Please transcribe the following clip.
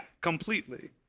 completely